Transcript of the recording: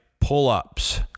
Pull-ups